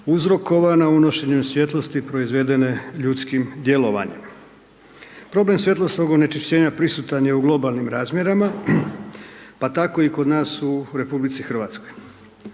uzrokovana unošenjem svjetlosti proizvedene ljudskim djelovanjem. Problem svjetlosnog onečišćenja prisutan je u globalnim razmjerima, pa tako i kod nas u RH. Pitanje